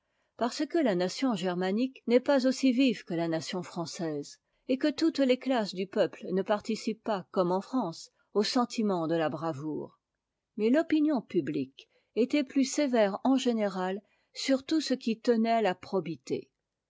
parce que la nation germanique n'est pas aussi vive que la nation française et que toutes les classes du peuple ne participent pas comme en france au sentiment de la bravoure mais l'opinion publique était plus sévère en général sur tout ce qui tenait à la probité